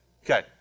Okay